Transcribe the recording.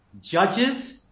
judges